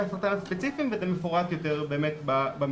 הסרטן הספציפיים וזה מפורט יותר במסמך,